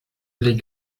les